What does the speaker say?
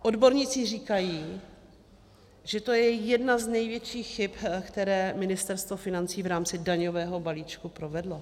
Odborníci říkají, že to je jedna z největších chyb, které Ministerstvo financí v rámci daňového balíčku provedlo.